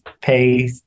pay